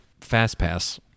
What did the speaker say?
FastPass